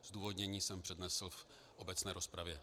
Zdůvodnění jsem přednesl v obecné rozpravě.